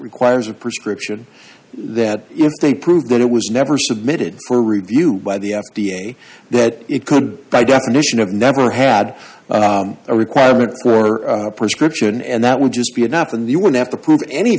requires a prescription that they prove that it was never submitted for review by the f d a that it could by definition of never had a requirement for a prescription and that would just be enough and you would have to prove any